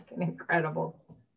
incredible